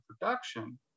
production